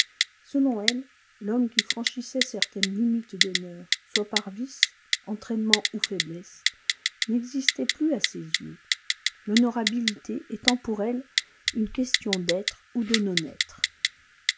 selon elle l'homme qui franchissait certaines limites d'honneur soit par vice entraînement ou faiblesse n'existait plus à ses yeux l'honorabilité étant pour elle une question d'être ou de non être